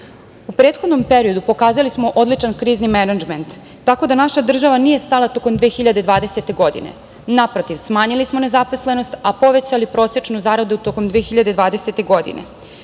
prethodnom periodu pokazali smo odličan krizni menadžment tako da naša država nije stala tokom 2020. godine. Naprotiv smanjili smo nezaposlenost, a povećali prosečnu zaradu tokom 2020. godine.